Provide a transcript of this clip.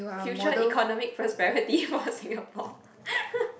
future economic prosperity for Singapore